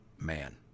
man